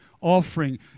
offering